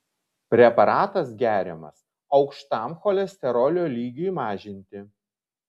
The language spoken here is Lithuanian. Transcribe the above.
preparatas geriamas aukštam cholesterolio lygiui mažinti